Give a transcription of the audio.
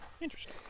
interesting